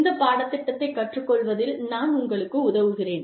இந்த பாடத்திட்டத்தை கற்றுக்கொள்வதில் நான் உங்களுக்கு உதவுகிறேன்